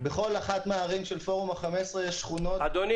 בכל אחת מהערים של פורום ה-15 יש שכונות -- אדוני,